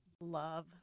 love